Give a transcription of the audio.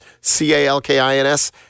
C-A-L-K-I-N-S